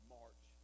march